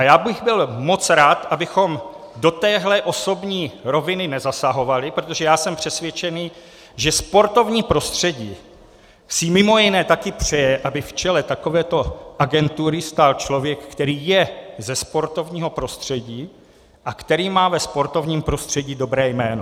Já bych byl moc rád, abychom do téhle osobní roviny nezasahovali, protože jsem přesvědčený, že sportovní prostředí si mimo jiné také přeje, aby v čele takovéto agentury stál člověk, který je ze sportovního prostředí a který má ve sportovním prostředí dobré jméno.